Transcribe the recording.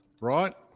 Right